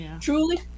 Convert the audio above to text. truly